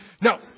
No